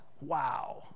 Wow